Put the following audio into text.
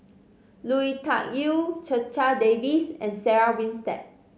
Lui Tuck Yew Checha Davies and Sarah Winstedt